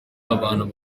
abantu